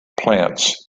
plants